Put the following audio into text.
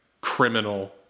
criminal